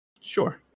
Sure